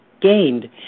gained